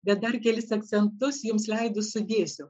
bet dar kelis akcentus jums leidus sudėsiu